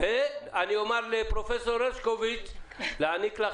אני אגיד גם לפרופסור הרשקוביץ להעניק לך